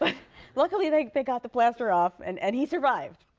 luckily, they they got the plaster off and and he survived.